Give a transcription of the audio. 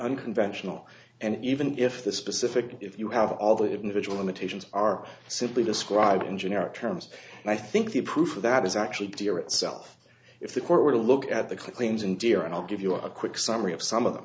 unconventional and even if the specific if you have all that individual limitations are simply described in generic terms and i think the proof of that is actually direct self if the court were to look at the claims and gear and i'll give you a quick summary of some of them